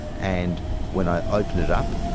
and when i opened it up,